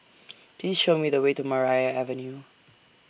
Please Show Me The Way to Maria Avenue